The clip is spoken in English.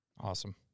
Awesome